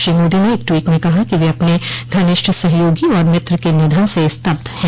श्री मोदी ने एक ट्वीट में कहा कि वे अपने घनिष्ठ सहयोगी और मित्र के निधन से स्तब्ध हैं